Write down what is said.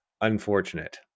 unfortunate